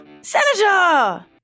Senator